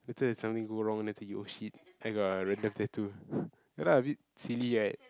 later if something go wrong then later you oh shit I got a random tattoo ya lah a bit silly right